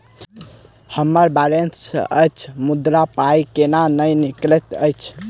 हम्मर बैलेंस अछि मुदा पाई केल नहि निकलैत अछि?